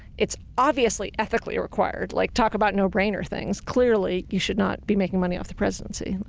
it's obviously ethically required. like, talk about no brainer things. clearly, you should not be making money off the presidency.